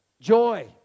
Joy